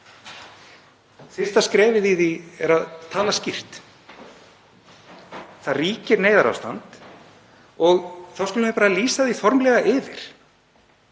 Fyrsta skrefið í því er að tala skýrt. Það ríkir neyðarástand og þá skulum við bara lýsa því formlega yfir.